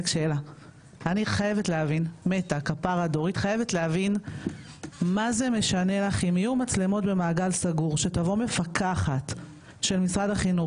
מה זה משנה לך אם יהיו מצלמות במעגל סגור ותבוא מפקחת של משרד החינוך